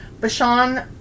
Bashan